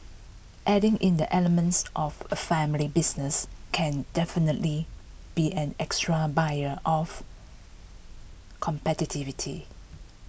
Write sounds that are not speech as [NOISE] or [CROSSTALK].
adding in the elements of A family business can definitely be an extra buyer of [UNINTELLIGIBLE]